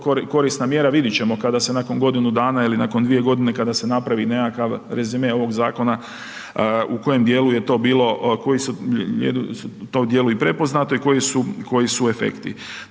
korisna mjera. Vidit ćemo kada se nakon godinu dana ili nakon 2 godina, kada se napravi nekakav rezime ovog zakona, u kojem dijelu je to bilo, koji su to dijelovi prepoznati i koji su efekti.